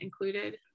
included